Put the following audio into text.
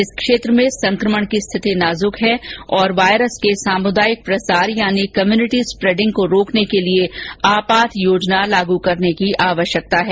इस क्षेत्र में संकमण की स्थिति नाजुक है और वायरस के सामुदायिक प्रसार यानी कम्पूनिटी स्प्रेडिंग को रोकने के लिए आपात योजना लागू करने की आवश्यकता है